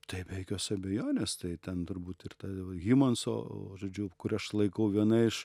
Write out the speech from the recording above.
tai be jokios abejonės tai ten turbūt ir ta hymanso žodžiu kur aš laikau viena iš